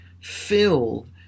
filled